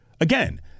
again